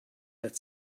that